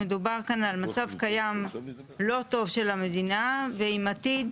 מדובר כאן על מצב קיים לא טוב של המדינה ועם עתיד